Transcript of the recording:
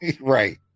Right